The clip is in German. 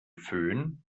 fön